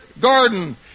garden